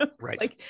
Right